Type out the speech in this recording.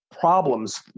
problems